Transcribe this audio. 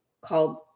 called